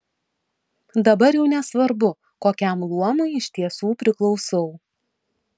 dabar jau nesvarbu kokiam luomui iš tiesų priklausau